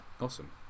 Awesome